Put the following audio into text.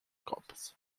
copos